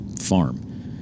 farm